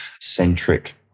centric